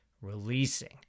releasing